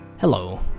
Hello